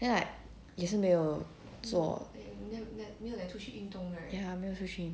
then like 也是没有做 ya 没有出去